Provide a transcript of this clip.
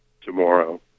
tomorrow